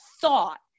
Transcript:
thought